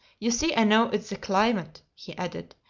you see i know it's the climate, he added,